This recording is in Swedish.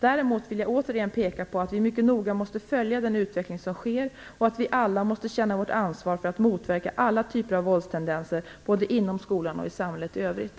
Däremot vill jag återigen peka på att vi mycket noga måste följa den utveckling som sker och att vi alla måste känna vårt ansvar för att motverka alla typer av våldstendenser både inom skolan och i samhället i övrigt.